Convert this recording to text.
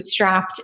bootstrapped